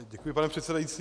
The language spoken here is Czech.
Děkuji, pane předsedající.